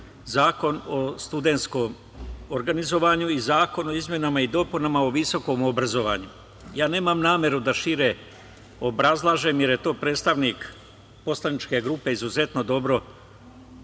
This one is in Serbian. Zakon o studenskom organizovanju i Predlog zakona o izmenama i dopunama Zakona o visokom obrazovanju. Nemam nameru da šire obrazlažem, jer je to predstavnik poslaničke grupe izuzetno dobro